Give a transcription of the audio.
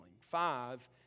Five